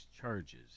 charges